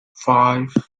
five